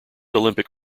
olympic